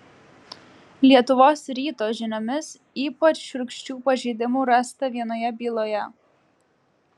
lietuvos ryto žiniomis ypač šiurkščių pažeidimų rasta vienoje byloje